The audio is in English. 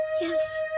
Yes